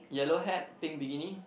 yellow head pink bikini